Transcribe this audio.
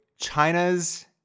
China's